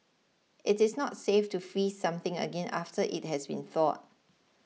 it is not safe to freeze something again after it has been thawed